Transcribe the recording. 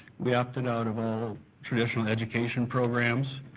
we opted out of all traditional education programs,